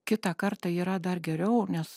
kitą kartą yra dar geriau nes